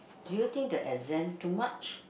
do you think the exam too much